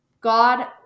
God